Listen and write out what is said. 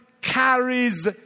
carries